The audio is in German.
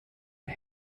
der